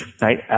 Right